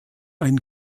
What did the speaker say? ein